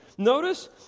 Notice